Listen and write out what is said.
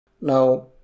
Now